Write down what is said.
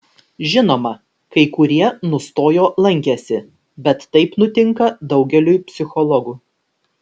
žinoma kai kurie nustojo lankęsi bet taip nutinka daugeliui psichologų